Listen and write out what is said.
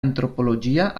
antropologia